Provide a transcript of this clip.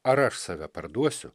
ar aš save parduosiu